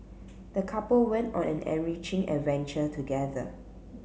the couple went on an enriching adventure together